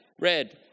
red